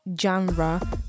genre